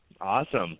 Awesome